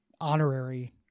honorary